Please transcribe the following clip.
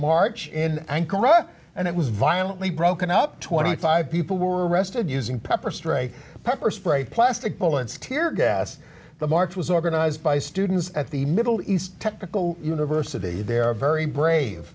march in ankara and it was violently broken up twenty five people were arrested using pepper spray pepper spray plastic bullets tear gas the march was organized by students at the middle east technical university there a very brave